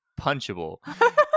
punchable